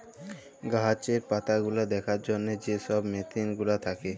গাহাচের পাতাগুলা দ্যাখার জ্যনহে যে ছব মেসিল গুলা থ্যাকে